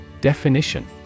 Definition